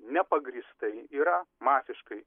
nepagrįstai yra masiškai